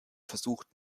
versucht